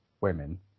women